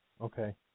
Okay